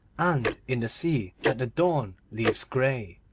and in the sea that the dawn leaves grey.